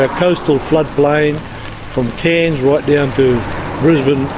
ah coastal flood plain from cairns right down to brisbane,